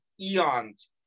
eons